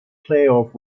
playoff